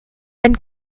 ein